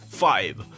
five